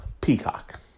Peacock